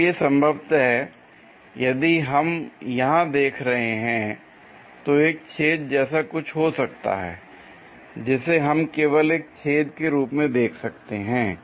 इसलिए संभवतः यदि हम यहां देख रहे हैं तो एक छेद जैसा कुछ हो सकता है जिसे हम केवल एक छेद के रूप में देख सकते हैं